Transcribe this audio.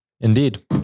Indeed